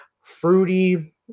fruity